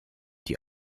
die